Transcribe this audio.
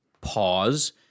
pause